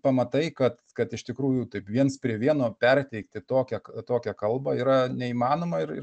pamatai kad kad iš tikrųjų taip viens prie vieno perteikti tokią tokią kalbą yra neįmanoma ir ir